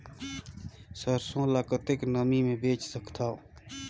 सरसो ल कतेक नमी मे बेच सकथव?